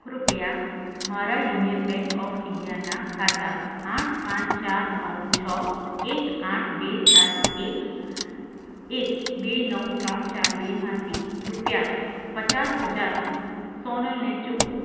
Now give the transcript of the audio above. કૃપયા મારા union bank of ઈન્ડિયાના ખાતા આઠ પાંચ ચાર નવ છ એક આઠ બે સાત એક એક બે નવ ત્રણ ચાર બેમાંથી રૂપિયા પચાસ હજાર સોનલને ચૂકવો